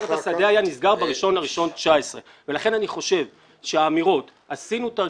אחרת השדה היה נסגר ב-1 בינואר 2019. לכן אני חושב שהאמירות שעשינו תרגיל,